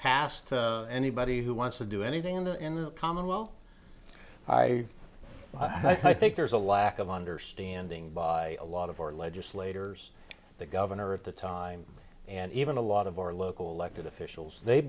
pass to anybody who wants to do anything in the in the commonweal i i think there's a lack of understanding by a lot of our legislators that governor at the time and even a lot of our local elected officials they